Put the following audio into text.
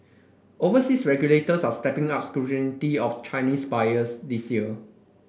overseas regulators are stepping up scrutiny of Chinese buyers this year